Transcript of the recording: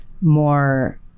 more